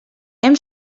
hem